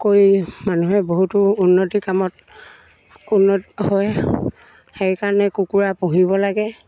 কৰি মানুহে বহুতো উন্নতি কামত উন্নত হয় সেইকাৰণে কুকুৰা পুহিব লাগে